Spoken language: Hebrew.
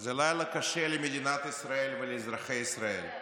זה לילה קשה למדינת ישראל ולאזרחי ישראל.